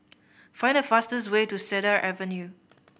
find the fastest way to Cedar Avenue